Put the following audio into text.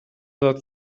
داد